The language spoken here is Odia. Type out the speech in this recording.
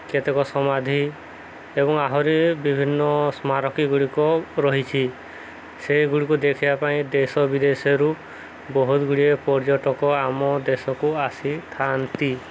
କେତେକ ସମାଧି ଏବଂ ଆହୁରି ବିଭିନ୍ନ ସ୍ମାରକୀଗୁଡ଼ିକ ରହିଛି ସେଗୁଡ଼ିକୁ ଦେଖିବା ପାଇଁ ଦେଶ ବିଦେଶରୁ ବହୁତ ଗୁଡ଼ିଏ ପର୍ଯ୍ୟଟକ ଆମ ଦେଶକୁ ଆସିଥାନ୍ତି